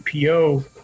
PO